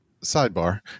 sidebar